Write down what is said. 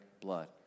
blood